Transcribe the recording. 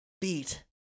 Beat